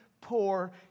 Poor